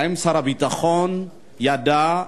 האם שר הביטחון ידע?